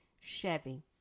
Chevy